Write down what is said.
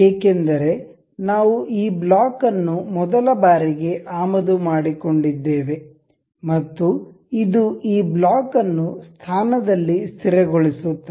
ಏಕೆಂದರೆ ನಾವು ಈ ಬ್ಲಾಕ್ ಅನ್ನು ಮೊದಲ ಬಾರಿಗೆ ಆಮದು ಮಾಡಿಕೊಂಡಿದ್ದೇವೆ ಮತ್ತು ಇದು ಈ ಬ್ಲಾಕ್ ಅನ್ನು ಸ್ಥಾನದಲ್ಲಿ ಸ್ಥಿರಗೊಳಿಸುತ್ತದೆ